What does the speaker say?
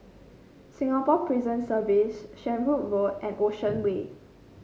Singapore Prison Service Shenvood Road and Ocean Way